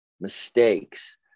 mistakes